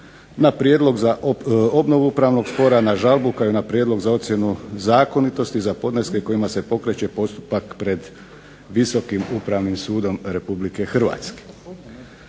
na prijedlog za obnovu pravnog spora, na žalbu, kao i na prijedlog za ocjenu zakonitosti za podneske kojima se pokreće postupak pred Visokim upravnim sudom RH. Nadalje,